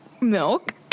milk